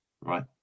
right